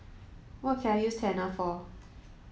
what can I use Tena for